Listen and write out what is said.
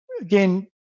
again